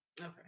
Okay